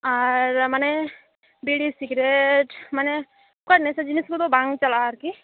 ᱟᱨ ᱢᱟᱱᱮ ᱵᱤᱲᱤ ᱥᱤᱠᱨᱮᱹᱴ ᱢᱟᱱᱮ ᱚᱠᱟ ᱱᱮᱥᱟ ᱡᱤᱱᱤᱥ ᱠᱚᱫᱚ ᱵᱟᱝ ᱪᱟᱞᱟᱜᱼᱟ ᱟᱨᱠᱤ